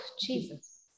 Jesus